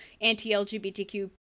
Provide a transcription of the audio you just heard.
anti-LGBTQ